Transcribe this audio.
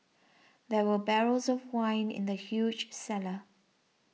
there were barrels of wine in the huge cellar